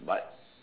but